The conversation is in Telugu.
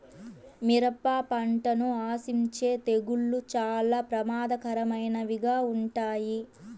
మిరప పంటను ఆశించే తెగుళ్ళు చాలా ప్రమాదకరమైనవిగా ఉంటాయి